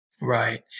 Right